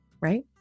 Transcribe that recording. right